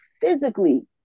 physically